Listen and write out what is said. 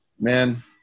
man